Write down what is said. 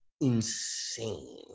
insane